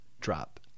drop